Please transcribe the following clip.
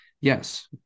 yes